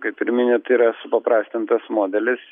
kaip ir minit yra supaprastintas modelis